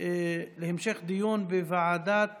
התשפ"ב 2022, לוועדת